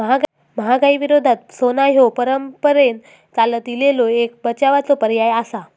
महागाई विरोधात सोना ह्या परंपरेन चालत इलेलो एक बचावाचो पर्याय आसा